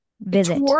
visit